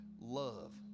love